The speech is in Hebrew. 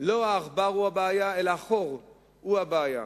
לא העכבר הוא הבעיה אלא החור הוא הבעיה.